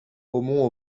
aumont